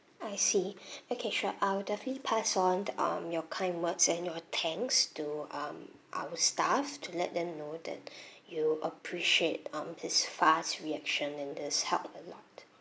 I see okay sure I will definitely pass on the um your kind words and your thanks to um our staff to let them know that you appreciate um his fast reaction and his help a lot